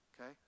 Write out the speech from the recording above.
Okay